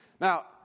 Now